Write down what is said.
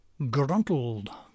gruntled